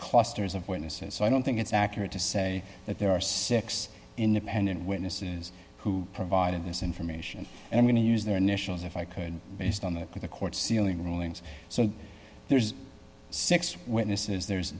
clusters of witnesses so i don't think it's accurate to say that there are six independent witnesses who provided this information and i'm going to use their initials if i could based on that the court sealing rulings so there's six witnesses there's